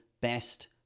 best